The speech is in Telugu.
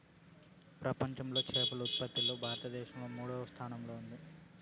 ప్రపంచంలో చేపల ఉత్పత్తిలో భారతదేశం మూడవ స్థానంలో ఉంది